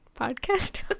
podcast